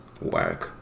Whack